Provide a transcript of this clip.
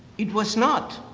it was not.